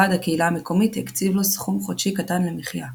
ועד הקהילה המקומית הקציב לו סכום חודשי קטן למחיה.